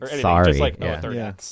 Sorry